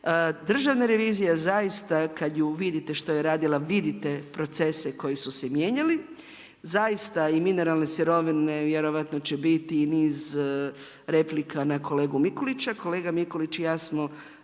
Državna revizija zaista kad ju vidite što je radila vidite procese koji su se mijenjali. Zaista i mineralne sirovine vjerojatno će biti i niz replika na kolegu Mikulića. Kolega Mikulić i ja smo